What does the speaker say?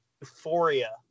euphoria